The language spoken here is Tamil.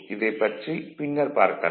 இதைப் பற்றி பின்னர் பார்க்கலாம்